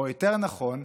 או יותר נכון,